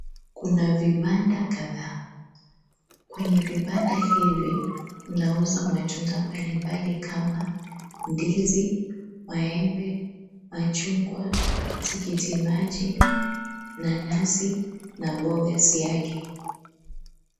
Kuna vibanda kadhaa, kwenye vibanda hivi wanauza matunda mbali mbali kama ndizi, maembe, machungwa tikiti maji, nanasi na boga siagi.